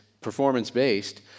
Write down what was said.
performance-based